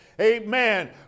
Amen